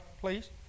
please